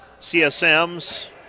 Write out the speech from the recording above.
CSM's